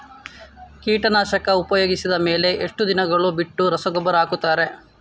ಕೀಟನಾಶಕ ಉಪಯೋಗಿಸಿದ ಮೇಲೆ ಎಷ್ಟು ದಿನಗಳು ಬಿಟ್ಟು ರಸಗೊಬ್ಬರ ಹಾಕುತ್ತಾರೆ?